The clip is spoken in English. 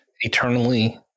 eternally